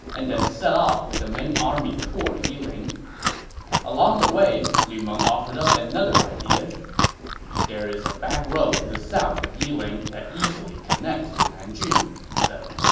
and then set off with the main army toward yiling along the way, lu meng offered up another idea there is a backroad to the south of yiling that easily connects to nanjun, he said.